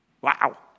Wow